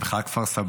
הם בכלל כפר-סבאים,